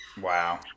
Wow